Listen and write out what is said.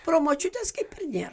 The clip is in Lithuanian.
promočiutės kaip ir nėr